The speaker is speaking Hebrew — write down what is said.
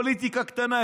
פוליטיקה קטנה,